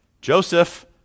Joseph